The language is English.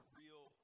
real